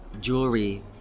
jewelry